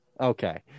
Okay